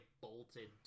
bolted